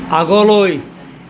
আগলৈ